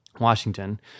Washington